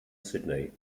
sydney